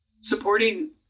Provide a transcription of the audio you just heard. supporting